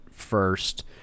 first